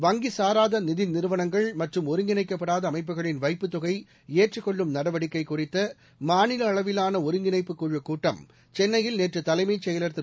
வங்கி சாராத நிதி நிறுவனங்கள் மற்றும் ஒருங்கிணைக்கப்படாத அமைப்புகளின் வைப்புத்தொகை ஏற்றுக்கொள்ளும் நடவடிக்கை குறித்த மாநில அளவிலான ஒருங்கிணைப்புக் குழுக் கூட்டம் சென்னையில் நேற்று தலைமைச் செயலாளர் திரு